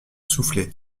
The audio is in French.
soufflé